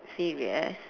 serious